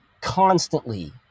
constantly